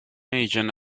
agent